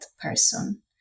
person